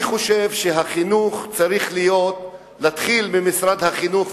אני חושב שהחינוך צריך להתחיל ממשרד החינוך,